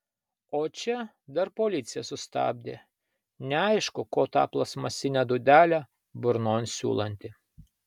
o čia dar policija sustabdė neaišku ko tą plastmasinę dūdelę burnon siūlanti